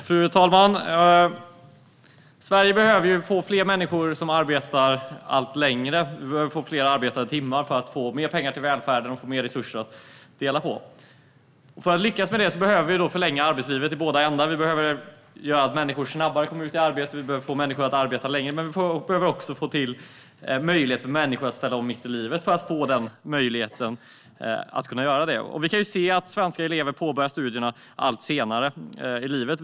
Fru talman! Sverige behöver fler människor som arbetar allt längre. Vi behöver fler arbetade timmar för att få mer pengar till välfärden och mer resurser att dela på. För att lyckas med det behöver vi förlänga arbetslivet i båda ändar. Vi behöver göra så att människor snabbare kommer ut i arbete. Vi behöver få människor att arbeta längre. Men människor behöver också få möjlighet att ställa om mitt i livet för att de ska kunna göra detta. Vi kan se att svenska elever påbörjar studierna allt senare i livet.